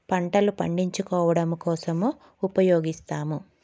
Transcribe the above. పంటలు పండించుకోవడం కోసము ఉపయోగిస్తాము